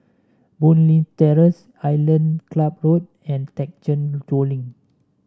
Boon Leat Terrace Island Club Road and Thekchen Choling